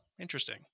interesting